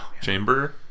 chamber